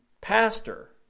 pastor